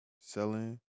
selling